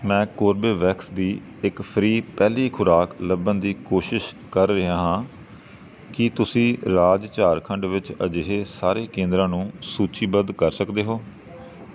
ਮੈਂ ਕੋਰਬੇਵੈਕਸ ਦੀ ਇੱਕ ਫ੍ਰੀ ਪਹਿਲੀ ਖੁਰਾਕ ਲੱਭਣ ਦੀ ਕੋਸ਼ਿਸ਼ ਕਰ ਰਿਹਾ ਹਾਂ ਕੀ ਤੁਸੀਂ ਰਾਜ ਝਾਰਖੰਡ ਵਿੱਚ ਅਜਿਹੇ ਸਾਰੇ ਕੇਂਦਰਾਂ ਨੂੰ ਸੂਚੀਬੱਧ ਕਰ ਸਕਦੇ ਹੋ